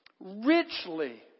Richly